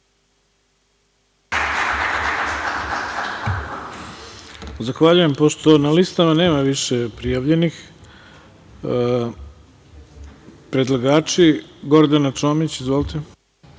Zahvaljujem. Pošto na listama nema više prijavljenih, reč ima predlagač, Gordana Čomić. Izvolite.